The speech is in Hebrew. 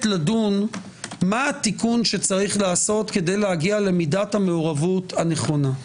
לדון מה התיקון שצריך לעשות כדי להגיע למידת המעורבות הנכונה.